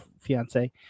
fiance